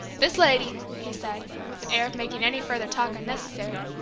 this lady, he said, with an air of making any further talk unnecessary,